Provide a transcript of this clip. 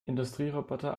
industrieroboter